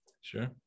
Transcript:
sure